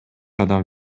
адам